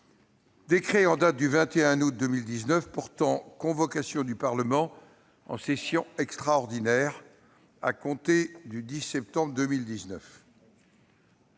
en date du 21 août 2019 portant convocation du Parlement en session extraordinaire à compter du 10 septembre 2019.